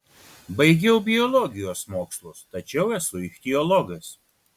baigiau biologijos mokslus tačiau esu ichtiologas